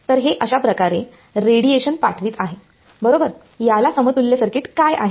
तर हे अशाप्रकारे रेडीएशन पाठवित आहे बरोबर याला समतुल्य सर्किट काय आहे